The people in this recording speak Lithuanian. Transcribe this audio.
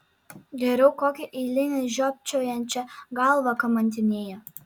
geriau kokią eilinę žiopčiojančią galvą kamantinėja